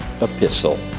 epistle